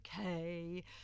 okay